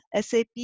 SAP